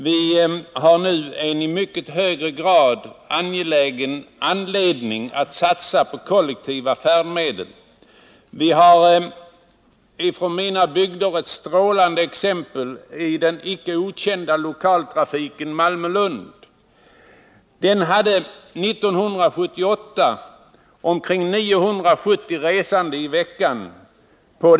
Vi har nu en i mycket högre grad angelägen anledning att satsa på kollektiva färdmedel. Vi har från mina bygder ett strålande exempel på detta i den icke okända lokaltrafiken Malmö-Lund. Den hade 1978 omkring 970 resande per vecka.